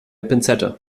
pinzette